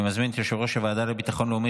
אני מזמין את יושב-ראש הוועדה לביטחון לאומי